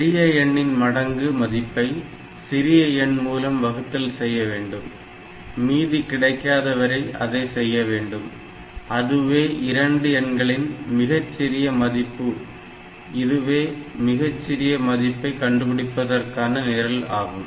பெரிய எண்ணின் மடங்கு மதிப்பை சிறிய எண் மூலம் வகுத்தல் செய்ய வேண்டும் மீதி கிடைக்காதவரை அதை செய்ய வேண்டும் அதுவே இரண்டு எண்களின் மிகச் சிறிய மதிப்பு இதுவே மிகச் சிறிய மதிப்பை கண்டுபிடிப்பதற்கான நிரல் ஆகும்